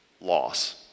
loss